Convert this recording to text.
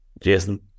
Jason